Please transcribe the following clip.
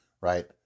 right